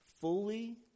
fully